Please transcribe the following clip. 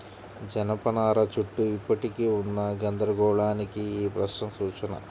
జనపనార చుట్టూ ఇప్పటికీ ఉన్న గందరగోళానికి ఈ ప్రశ్న సూచన